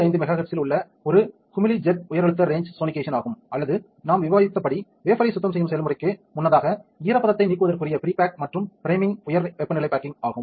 5 mega ஹெர்ட்ஸ்ல் உள்ள ஒரு குமிழி ஜெட் உயர் அழுத்த ரேஞ்ச் சோனிகேஷன் ஆகும் அல்லது நாம் விவாதித்தபடி வேபர் ஐ சுத்தம் செய்யும் செயல்முறைக்கு முன்னதாக ஈரப்பதத்தை நீக்குவதற்குரிய ப்ரீ பேக் மற்றும் ப்ரைமரிங் உயர் வெப்பநிலை பேக்கிங் ஆகும்